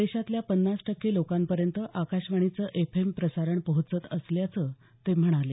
देशातल्या पन्नास टक्के लोकांपर्यंत आकाशवाणीचं एफ एम प्रसारण पोहचत असल्याचं ते म्हणाले